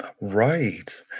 Right